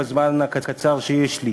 בזמן הקצר שיש לי,